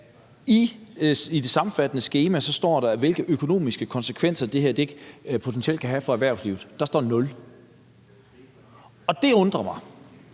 I det sammenfattende skema står der, hvilke økonomiske konsekvenser det her potentielt kan have for erhvervslivet, og der står nul – og det undrer mig,